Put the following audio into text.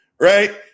right